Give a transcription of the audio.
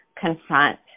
confront